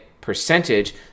percentage